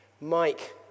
Mike